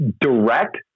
direct